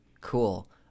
Cool